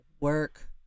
work